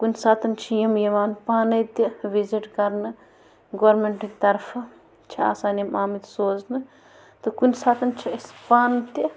کُنہِ ساتَن چھِ یِم یِوان پانَے تہِ وِزِٹ کرنہٕ گورمٮ۪نٛٹٕکۍ طرفہٕ چھِ آسان یِم آمٕتۍ سوزنہٕ تہٕ کُنہِ ساتَن چھِ أسۍ پانہٕ تہِ